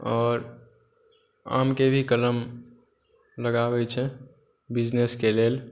आओर आमके भी कलम लगाबै छै बिजनेसके लेल